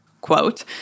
quote